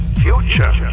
future